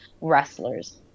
wrestlers